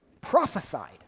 prophesied